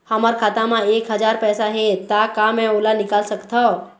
हमर खाता मा एक हजार पैसा हे ता का मैं ओला निकाल सकथव?